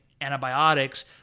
antibiotics